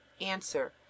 Answer